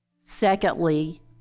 Secondly